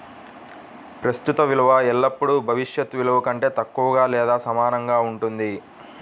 ప్రస్తుత విలువ ఎల్లప్పుడూ భవిష్యత్ విలువ కంటే తక్కువగా లేదా సమానంగా ఉంటుంది